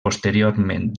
posteriorment